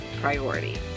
priority